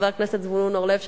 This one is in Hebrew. חבר הכנסת זבולון אורלב,